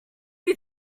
you